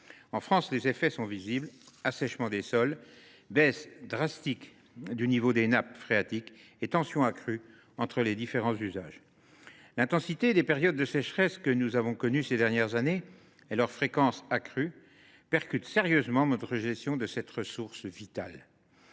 qui prennent la forme d’un assèchement des sols, d’une baisse drastique du niveau des nappes phréatiques et de tensions exacerbées entre les différents usages. L’intensité des périodes de sécheresse que nous avons connues ces dernières années et leur fréquence accrue percutent sérieusement notre gestion de cette ressource vitale.